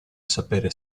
sapere